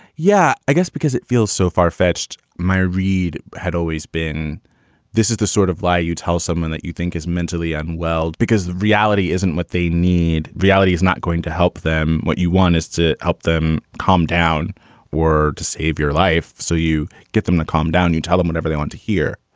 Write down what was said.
yeah, i guess because it feels so far fetched. my read had always been this is the sort of lie you tell someone that you think is mentally unwell because the reality isn't what they need. reality is not going to help them. what you want is to help them calm down or to save your life. so you get them to calm down. you tell them whatever they want to hear.